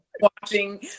watching